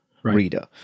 reader